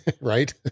right